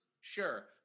sure